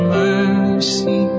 mercy